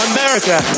America